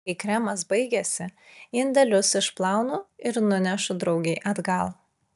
kai kremas baigiasi indelius išplaunu ir nunešu draugei atgal